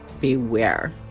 beware